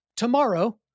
tomorrow